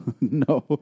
No